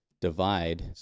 divide